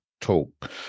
talk